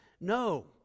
No